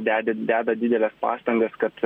deda deda dideles pastangas kad